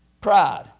Pride